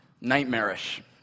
Nightmarish